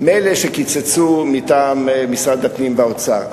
מילא שקיצצו מטעם משרד הפנים באוצר,